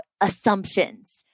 assumptions